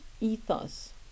ethos